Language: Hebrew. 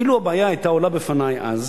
אילו היה מישהו מעלה את הבעיה בפני אז,